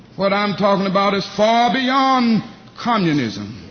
what i'm talking about is far beyond communism.